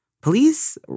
police